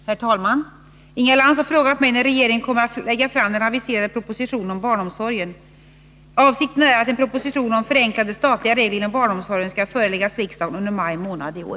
Herr talman! Inga Lantz har frågat mig när regeringen kommer att lägga fram den aviserade propositionen om barnomsorgen. Avsikten är att en proposition om förenklade statliga regler inom barnomsorgen skall föreläggas riksdagen under maj månad i år.